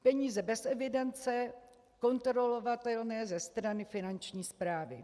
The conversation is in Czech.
Peníze bez evidence kontrolovatelné ze strany finanční správy.